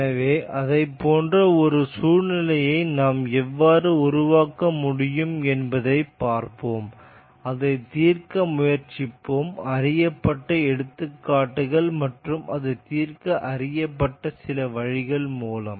எனவே அதைப் போன்ற ஒரு சூழ்நிலையை நாம் எவ்வாறு உருவாக்க முடியும் என்பதைப் பார்ப்போம் அதைத் தீர்க்க முயற்சிப்போம் அறியப்பட்ட எடுத்துக்காட்டுகள் மற்றும் அதைத் தீர்க்க அறியப்பட்ட சில வழிகள் மூலம்